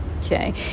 okay